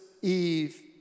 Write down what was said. Eve